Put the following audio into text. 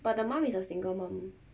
but the mum is a single mum